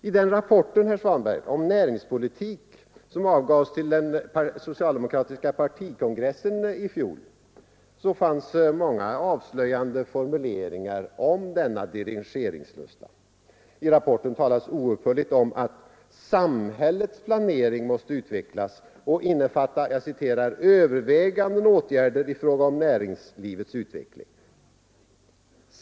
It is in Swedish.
I den rapport, herr Svanberg, om näringspolitik som avgavs till den socialdemokratiska partikongressen i fjol finns många avslöjande formule ringar om denna dirigeringslusta. I rapporten talas oupphörligt om att ”samhällets” planering måste utvecklas och innefatta ”överväganden och åtgärder i fråga om näringslivets utveckling”.